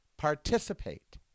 participate